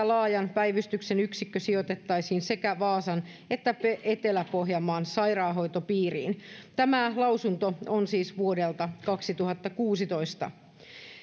laajan päivystyksen yksikkö sijoitettaisiin sekä vaasan että etelä pohjanmaan sairaanhoitopiiriin tämä lausunto on siis vuodelta kaksituhattakuusitoista